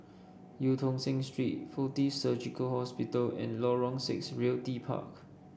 Eu Tong Sen Street Fortis Surgical Hospital and Lorong Six Realty Park